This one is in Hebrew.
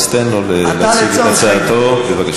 אז תן לו להציג את הצעתו בבקשה.